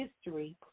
history